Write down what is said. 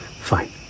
Fine